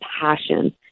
passion